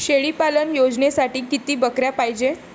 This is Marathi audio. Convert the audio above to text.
शेळी पालन योजनेसाठी किती बकऱ्या पायजे?